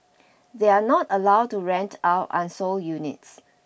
they are not allowed to rent out unsold units